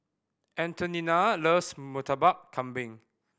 Antonina loves Murtabak Kambing